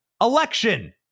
election